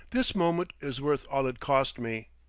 this moment is worth all it cost me!